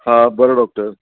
हां बरें डॉक्टर